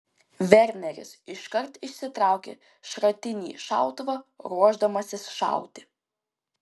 verneris iškart išsitraukia šratinį šautuvą ruošdamasis šauti